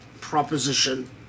proposition